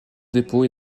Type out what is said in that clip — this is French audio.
dépôt